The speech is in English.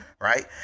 Right